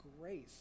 grace